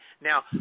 Now